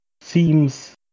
seems